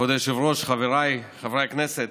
כבוד היושב-ראש, חבריי חברי הכנסת,